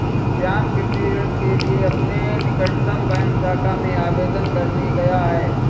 श्याम कृषि ऋण के लिए अपने निकटतम बैंक शाखा में आवेदन करने गया है